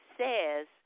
says